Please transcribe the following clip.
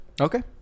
Okay